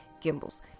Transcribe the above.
Gimbals